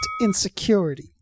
insecurity